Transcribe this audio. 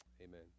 Amen